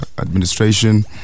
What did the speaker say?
administration